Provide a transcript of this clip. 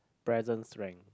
present strength